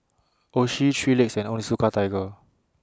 Oishi three Legs and Onitsuka Tiger